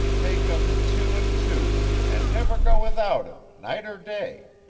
take em two and two, and never go without em, night or day.